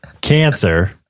cancer